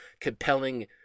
compelling